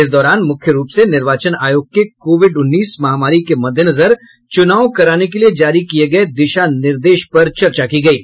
इस दौरान मुख्य रूप से निर्वाचन आयोग के कोविड उन्नीस महामारी के मद्देनजर चुनाव कराने के लिए जारी किये गये दिशा निर्देश पर चर्चा की गयी